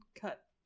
cut